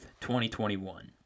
2021